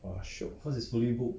!wah! shiok